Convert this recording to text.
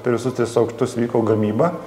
per visus tris aukštus vyko gamyba